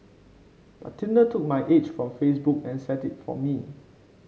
but Tinder took my age from Facebook and set it for me